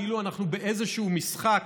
כאילו אנחנו באיזשהו משחק,